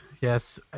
yes